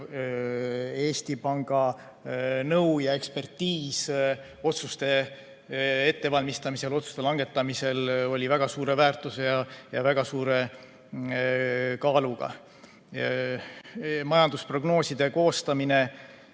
Eesti Panga nõu ja ekspertiis otsuste ettevalmistamisel, otsuste langetamisel oli väga suure väärtuse ja väga suure kaaluga. Majandusprognooside koostamine